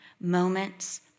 moments